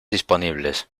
disponibles